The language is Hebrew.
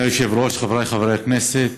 אדוני היושב-ראש, חבריי חברי הכנסת,